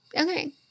Okay